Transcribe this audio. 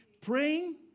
praying